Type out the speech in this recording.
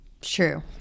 True